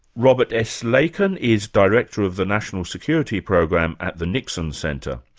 robert s. leiken is director of the national security program at the nixon center.